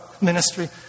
ministry